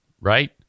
right